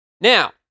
Now